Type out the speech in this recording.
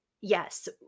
yes